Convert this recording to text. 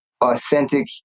authentic